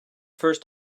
first